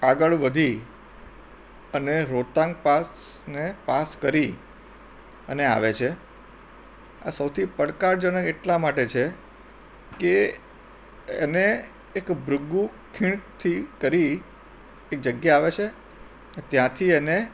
આગળ વધી અને રોહતાંગ પાસને પાસ કરી અને આવે છે આ સૌથી પડકાજનક એટલાં માટે છે કે એને એક ભૃગુ ખીણથી કરી એક જગ્યા આવે છે ને ત્યાંથી એને